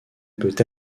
peut